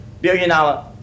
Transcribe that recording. Billion-dollar